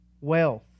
wealth